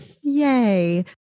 Yay